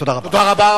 תודה רבה.